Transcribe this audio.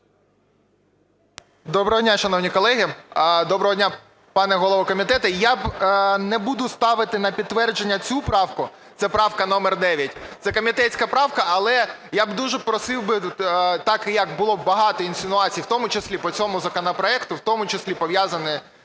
Доброго дня, шановні колеги! Доброго дня, пане голово комітету! Я не буду ставити на підтвердження цю правку – це правка номер 9, це комітетська правка. Але я б дуже просив би, так як було багато інсинуацій, в тому числі по цьому законопроекту, в тому числі пов'язані